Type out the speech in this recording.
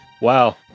wow